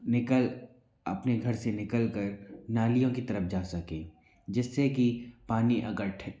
निकल अपने घर से निकल कर नालियों की तरफ़ जा सके जिससे कि पानी अगर